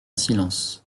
silence